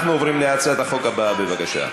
אנחנו עוברים להצעת החוק הבאה, בבקשה.